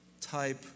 type